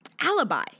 Alibi